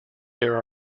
there